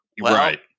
Right